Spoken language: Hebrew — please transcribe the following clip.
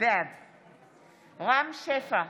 בעד רם שפע,